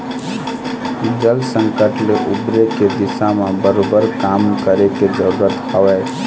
जल संकट ले उबरे के दिशा म बरोबर काम करे के जरुरत हवय